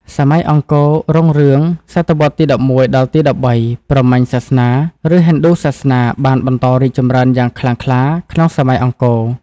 សម័យអង្គររុងរឿង សតវត្សរ៍ទី ១១ ដល់ទី ១៣ ព្រហ្មញ្ញសាសនា ឬហិណ្ឌូសាសនា បានបន្តរីកចម្រើនយ៉ាងខ្លាំងក្លាក្នុងសម័យអង្គរ។